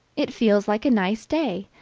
it feels like a nice day!